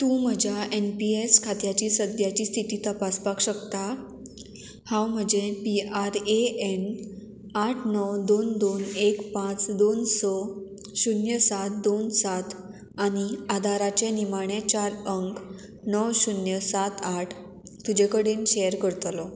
तूं म्हज्या N P S खात्याची सद्याची स्थिती तपासपाक शकता हांव म्हजें पी आर ए एन आठ णव दोन दोन एक पांच दोन स शुन्य सात दोन सात आनी आदाराच्या निमाण्या चार अंक णव शुन्य सात आठ तुजे कडेन शॅर करतलो